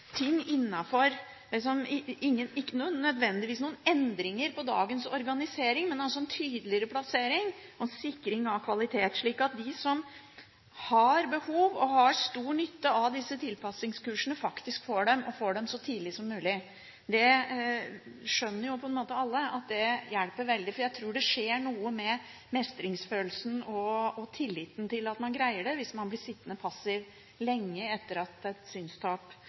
ting – ikke nødvendigvis når det gjelder endringer på dagens organisering, men en tydeligere plassering og sikring av kvalitet, slik at de som har behov for det, og som har stor nytte av disse tilpasningskursene, faktisk får dem, og får dem så tidlig som mulig. Det skjønner jo alle at vil hjelpe veldig, for jeg tror det skjer noe med mestringsfølelsen og tilliten til at man kan greie noe hvis man blir sittende passiv lenge etter at et synstap